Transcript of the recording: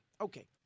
Okay